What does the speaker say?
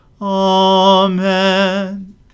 Amen